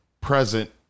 present